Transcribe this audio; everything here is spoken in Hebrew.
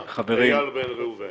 אייל בן ראובן בבקשה.